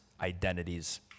identities